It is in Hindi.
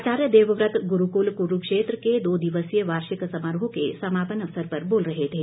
आचार्य देवव्रत गुरूकुल कुरूक्षेत्र के दो दिवसीय वार्षिक समारोह के समापन अवसर पर बोल रहे थे